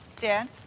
Dan